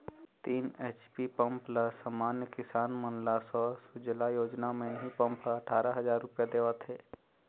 तीन HP pump ल समान्य किसान मन ल सौर सूजला योजना म इहीं पंप ह अठारा हजार रूपिया म देवत हे